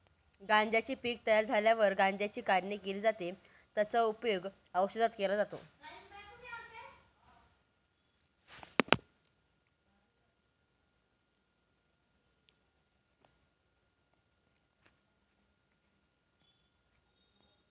गांज्याचे पीक तयार झाल्यावर गांज्याची काढणी केली जाते, त्याचा उपयोग औषधात केला जातो